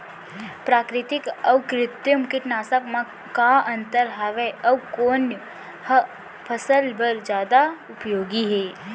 प्राकृतिक अऊ कृत्रिम कीटनाशक मा का अन्तर हावे अऊ कोन ह फसल बर जादा उपयोगी हे?